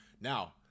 Now